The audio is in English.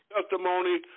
testimony